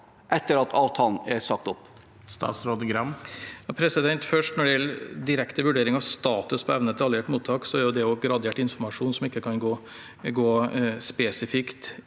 etter at avtalen er sagt opp? Statsråd Bjørn Arild Gram Først: Når det gjelder direkte vurdering av status på evne til alliert mottak, er det gradert informasjon jeg ikke kan gå spesifikt